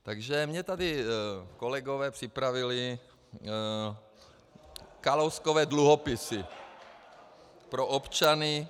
Takže mě tady kolegové připravili Kalouskové dluhopisy pro občany...